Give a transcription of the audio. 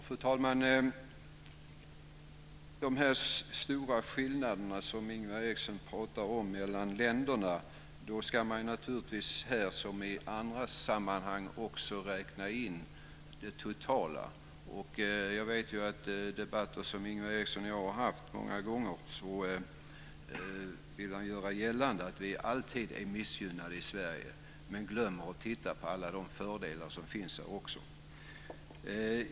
Fru talman! Ingvar Eriksson talade om stora skillnader mellan länderna. Här ska man naturligtvis, liksom i andra sammanhang, räkna in det totala. Jag vet sedan tidigare debatter med Ingvar Eriksson att han vill göra gällande att vi alltid är missgynnade i Sverige. Han glömmer att titta på de fördelar som finns här också.